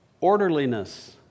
Orderliness